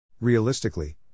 Realistically